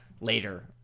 later